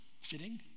fitting